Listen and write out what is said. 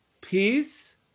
Peace